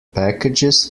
packages